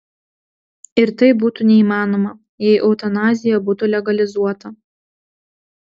ir tai būtų neįmanoma jei eutanazija būtų legalizuota